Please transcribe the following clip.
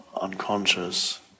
unconscious